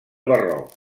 barroc